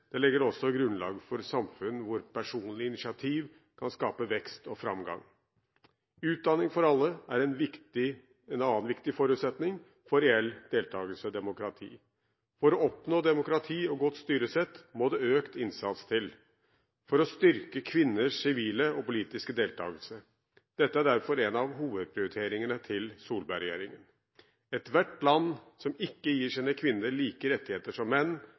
Det legger også grunnlaget for samfunn hvor personlig initiativ kan skape vekst og framgang. Utdanning for alle er en annen viktig forutsetning for reell deltakelse og demokrati. For å oppnå demokrati og godt styresett må det økt innsats til, for å styrke kvinners sivile og politiske deltakelse. Dette er derfor en av hovedprioriteringene til Solberg-regjeringen. Ethvert land som ikke gir sine kvinner like rettigheter som menn,